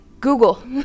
Google